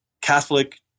Catholic